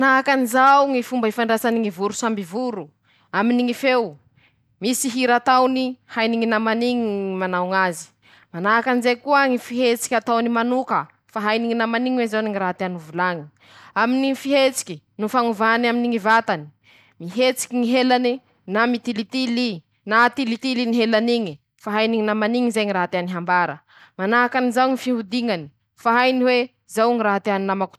Manahaky anizao ñy fomba ifandraisany ñy voro samby: - Aminy ñy feo, misyhira ataony hainy ñy namany iñy manao azy.- manahaky anizay koa ñy fihetsiky ataonymanoka, fa hainy ñy namany iñy moa zany ñy raha tiany ho volañy. - aminy ñy fihetsiky noho fagnovany aminy ñy vatany, mihetsiky ñy helany eee na mitilitily iii na atilitily helany iñy, fa hainy ñynamany iñy zayraha tiany hambara, misy sento"haaa ", manahaky anizayñy fiodiñanyfa hainy hoe :"zao" ñy raha tiany namako.